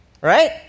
right